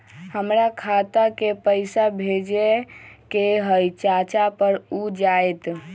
हमरा खाता के पईसा भेजेए के हई चाचा पर ऊ जाएत?